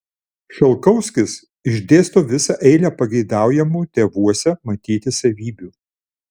šalkauskis išdėsto visą eilę pageidaujamų tėvuose matyti savybių